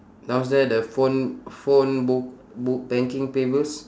downstairs the phone phone book book banking pay bills